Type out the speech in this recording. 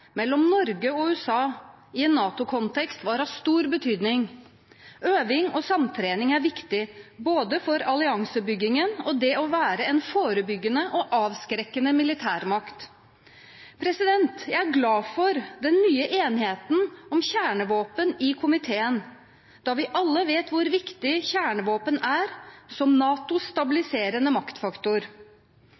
mellom Norge og USA i en NATO-kontekst var av stor betydning. Øving og samtrening er viktig, både for alliansebyggingen og for å være en forebyggede og avskrekkende militærmakt. Jeg er glad for den nye enigheten om kjernevåpen i komiteen, da vi alle vet hvor viktig kjernevåpen er som NATOs stabiliserende maktfaktor.